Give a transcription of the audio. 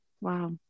Wow